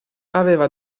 aveva